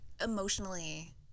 emotionally